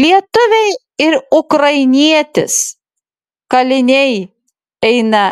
lietuviai ir ukrainietis kaliniai eina